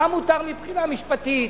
מה מותר מבחינה משפטית,